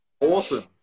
awesome